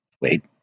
wait